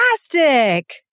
fantastic